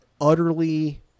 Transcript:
utterly